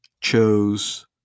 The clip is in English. chose